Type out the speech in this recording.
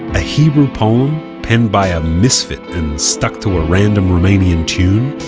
a hebrew poem, penned by a misfit stuck to a random romanian tune,